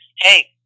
Hey